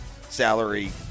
salary